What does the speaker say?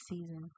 season